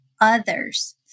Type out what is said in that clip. others